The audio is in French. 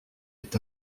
est